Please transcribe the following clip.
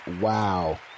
wow